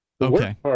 Okay